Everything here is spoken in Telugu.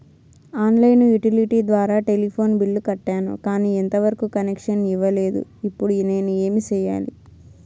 ఆన్ లైను యుటిలిటీ ద్వారా టెలిఫోన్ బిల్లు కట్టాను, కానీ ఎంత వరకు కనెక్షన్ ఇవ్వలేదు, ఇప్పుడు నేను ఏమి సెయ్యాలి?